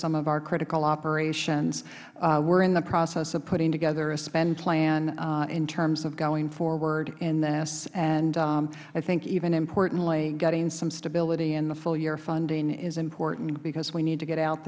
some of our critical operations we are in the process of putting together a spend plan in terms of going forward in this i think even importantly getting some stability in the full year funding is important because we need to get out